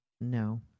No